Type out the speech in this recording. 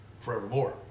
forevermore